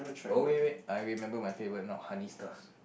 oh wait wait wait I remember my favorite now honey stars